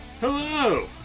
Hello